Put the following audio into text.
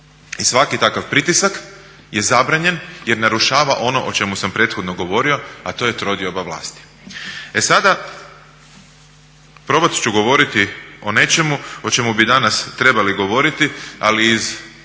I svaki takav pritisak je zabranjen jer narušava ono o čemu sam prethodno govorio a to je trodioba vlasti. E sada, probat ću govoriti o nečemu o čemu bi danas trebali govoriti ali iz